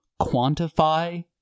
quantify